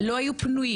לא היו פנויים,